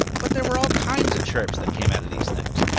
but there were all kinds of chirps that came outta these things.